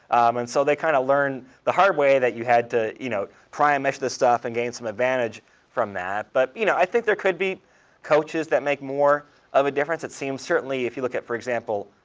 and so they kind of learned the hard way that you had to you know try and measures this stuff and gain some advantage from that. but you know i think there could be coaches that make more of a difference. it seems certainly, if you look at, for example,